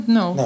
no